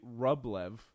Rublev